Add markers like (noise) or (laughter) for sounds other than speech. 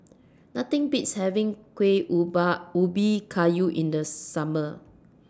Nothing Beats having Kuih (unintelligible) Ubi Kayu in The Summer